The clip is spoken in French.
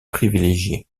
privilégiée